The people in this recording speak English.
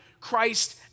Christ